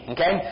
Okay